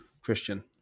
Christian